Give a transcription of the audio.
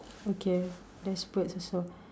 okay there's birds also